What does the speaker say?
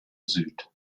süd